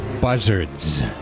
buzzards